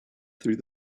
through